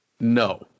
No